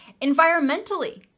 environmentally